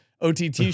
OTT